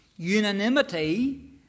Unanimity